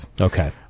Okay